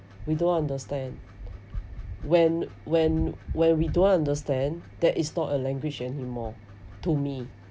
we don't understand when when when we don't understand that is not a language anymore to me